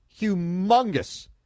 Humongous